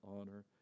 honor